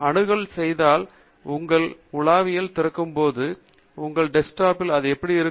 அணுகல் செய்தால் உங்கள் உலாவியில் திறக்கும்போது உங்கள் டெஸ்க்டாப்பில் இது எப்படி இருக்கும்